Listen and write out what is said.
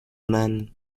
then